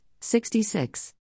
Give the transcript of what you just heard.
66